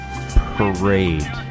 Parade